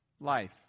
Life